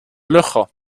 löcher